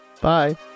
Bye